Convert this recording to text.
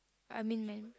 I mean man